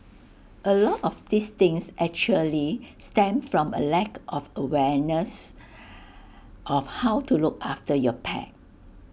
A lot of these things actually stem from A lack of awareness of how to look after your pet